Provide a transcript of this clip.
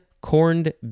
corned